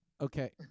Okay